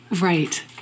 Right